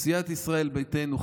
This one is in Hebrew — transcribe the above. סיעת ישראל ביתנו,